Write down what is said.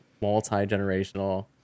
multi-generational